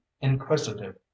inquisitive